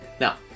Now